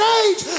age